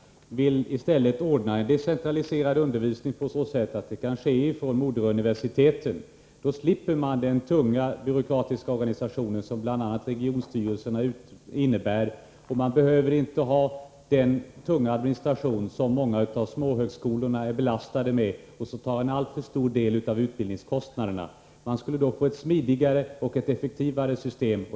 Herr talman! Vi moderater vill i stället ordna en decentraliserad undervisning på så sätt att den kan ordnas från moderuniversiteten. Då slipper man den byråkratiska organisation som bl.a. regionstyrelserna innebär, och man behöver inte ha den administration som många av de små högskolorna är belastade med och som tar en alltför stor del av utbildningskostnaderna. Man skulle då få ett smidigare och effektivare system.